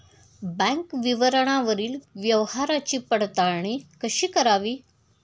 Bank विवरणावरील व्यवहाराची पडताळणी कशी करावी?